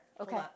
Okay